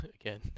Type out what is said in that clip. again